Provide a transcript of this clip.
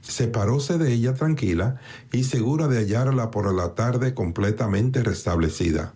separóse de ella tranquila y segura de hallarla por la tarde completamente restablecida